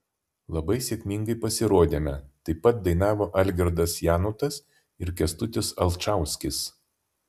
labai sėkmingai pasirodėme taip pat dainavo algirdas janutas ir kęstutis alčauskis